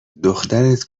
دخترت